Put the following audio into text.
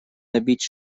набить